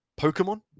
Pokemon